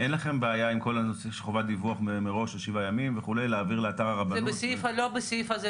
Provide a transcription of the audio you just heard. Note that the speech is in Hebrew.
לא, זה לא מה שכתוב.